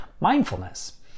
mindfulness